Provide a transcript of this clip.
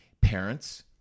parents –